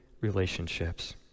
relationships